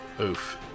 Oof